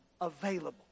available